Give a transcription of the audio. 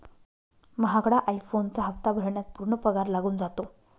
महागडा आई फोनचा हप्ता भरण्यात पूर्ण पगार लागून जातो